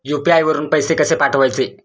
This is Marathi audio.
यु.पी.आय वरून पैसे कसे पाठवायचे?